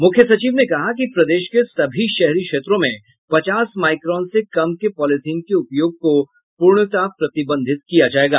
मुख्य सचिव ने कहा कि प्रदेश के सभी शहरी क्षेत्रों में पचास माइक्रोन से कम के पॉलीथिन के उपयोग को पूर्णतः प्रतिबंधित किया जायेगा